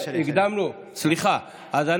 אז אתה